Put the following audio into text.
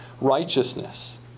righteousness